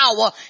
power